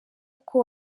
kuko